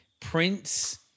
Prince